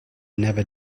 never